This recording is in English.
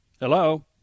Hello